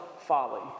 folly